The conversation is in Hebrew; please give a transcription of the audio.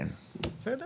בסדר?